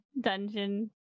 dungeon